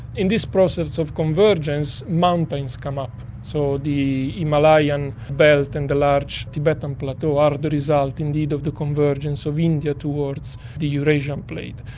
in this process of convergence, mountains come up. so the himalayan belt and the large tibetan plateau ah are the result indeed of the convergence of india towards the eurasian plate.